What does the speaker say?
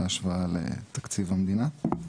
בהשוואה לתקציב המדינה.